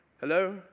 Hello